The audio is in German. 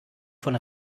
von